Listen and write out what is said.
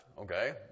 Okay